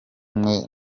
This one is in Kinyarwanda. mwe